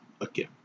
again